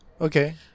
Okay